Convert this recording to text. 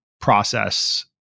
process